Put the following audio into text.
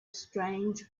strange